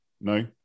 no